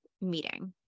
meeting